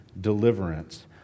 deliverance